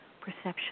Perception